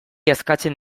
eskatzen